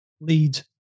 lead